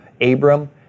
Abram